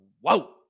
whoa